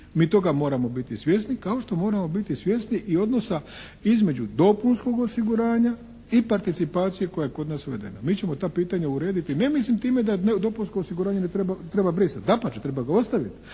Mi toga moramo biti svjesni, kao što moramo biti svjesni i odnosa između dopunskog osiguranja i participacije koja je kod nas uvedena. Mi ćemo ta pitanja urediti ne mislim time da dopunsko osiguranje ne treba, treba brisati. Dapače, treba ga ostaviti,